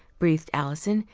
breathed alison,